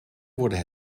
worden